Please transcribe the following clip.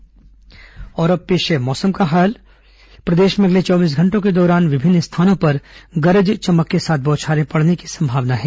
मौसम और अब पेश है मौसम का हाल प्रदेश में अगले चौबीस घंटों के दौरान विभिन्न स्थानों पर गरज चमक के साथ बौछारें पड़ने की संभावना है